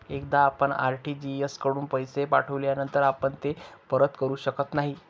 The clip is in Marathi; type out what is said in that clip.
एकदा आपण आर.टी.जी.एस कडून पैसे पाठविल्यानंतर आपण ते परत करू शकत नाही